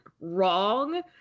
wrong